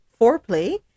Foreplay